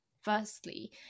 firstly